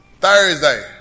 Thursday